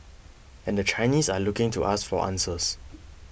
and the Chinese are looking to us for answers